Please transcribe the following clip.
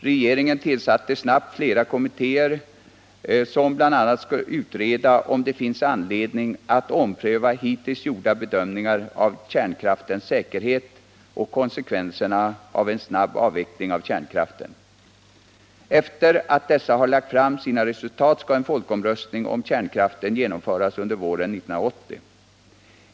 Regeringen tillsatte snabbt flera kommittéer, som bl.a. skall utreda om det finns anledning att ompröva hittills gjorda bedömningar av kärnkraftens säkerhet och konsekvenserna av en snabb avveckling av kärnkraften. Sedan dessa har lagt fram sina resultat skall en folkomröstning om kärnkraften genomföras under våren 1980.